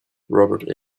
robert